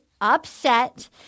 upset